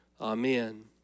Amen